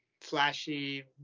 flashy